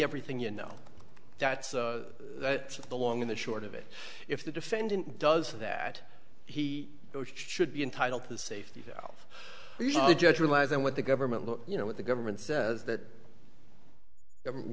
everything you know that's that's the long in the short of it if the defendant does that he should be entitled to the safety of the judge relies on what the government look you know what the government says that